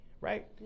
Right